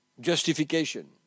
Justification